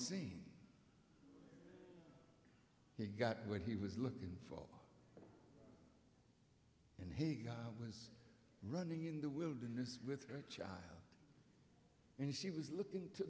scene he got where he was looking for and he was running in the wilderness with her child and she was looking to